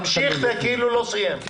ממשיך, כאילו לא סיים.